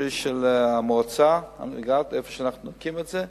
שליש מהמועצה שבה אנחנו נקים את זה,